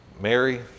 Mary